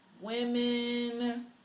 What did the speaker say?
women